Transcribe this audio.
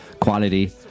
quality